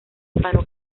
hispano